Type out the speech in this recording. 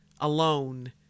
alone